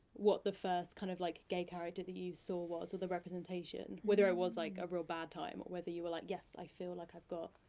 what the first kind of like gay character that you saw was, or the representation, whether it was like a real bad time, or whether you were like, yes, i feel like i've got,